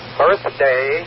birthday